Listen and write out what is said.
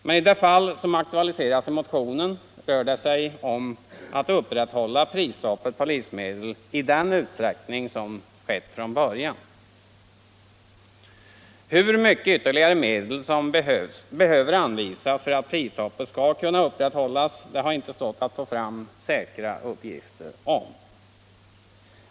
Men i det fall som aktualiserats i motionen rör det sig om att upprätthålla prisstoppet på livsmedel i den utsträckning som skett från början. Iur mycket ytterligare medel som behöver anvisas för att prisstoppet skall kunna upprätthållas har det inte stått att få säkra uppgifter om.